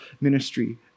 ministry